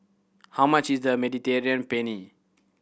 how much is the Mediterranean Penne